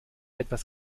etwas